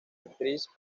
actriz